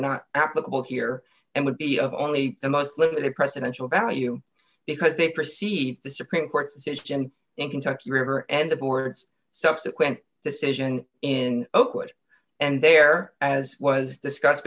not applicable here and would be of only the most limited presidential value because they perceive the supreme court's decision in kentucky river and the board's subsequent decision in oakwood and there as was discussed